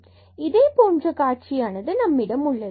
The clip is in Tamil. மற்றும் இதே போன்ற காட்சியானது நம்மிடம் உள்ளது